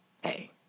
hey